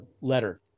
letter